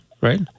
right